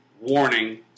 warning